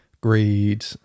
greed